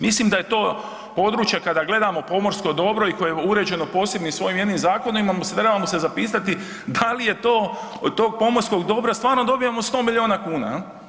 Mislim da je to područja kada gledamo pomorsko dobro i koje je uređeno posebnim svojim jednim zakonima trebamo se zapitati da li je to od tog pomorskog dobra stvarno dobijamo 100 miliona kuna.